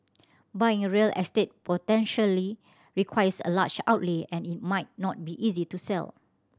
buying real estate potentially requires a large outlay and it might not be easy to sell